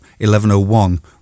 11.01